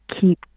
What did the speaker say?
keep